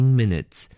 minutes